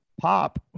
pop